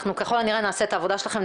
אנחנו ככל הנראה נעשה את העבודה שלכם,